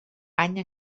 any